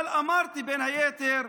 אבל אמרתי, בין היתר: